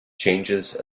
changes